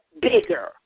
bigger